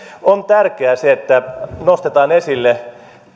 on tärkeää se että nostetaan esille